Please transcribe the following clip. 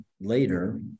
later